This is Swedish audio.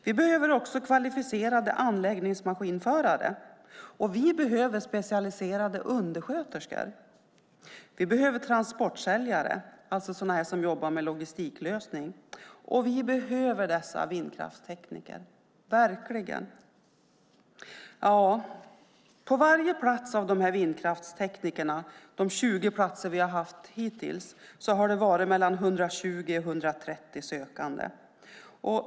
Vi behöver också kvalificerade anläggningsmaskinförare, specialiserade undersköterskor och transportsäljare, det vill säga sådana som jobbar med logistiklösning. Vi behöver dessa vindkraftstekniker. För varje plats för vindkraftstekniker, de 20 platser som vi har haft hittills, har det varit 120-130 sökande.